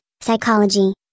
psychology